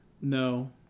No